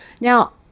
Now